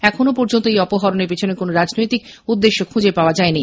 এখনও পর্যন্ত এই অপহরণের পেছনে কোনও রাজনৈতিক উদ্দেশ্য খুঁজে পাওয়া যায়নি